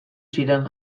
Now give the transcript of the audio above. ziren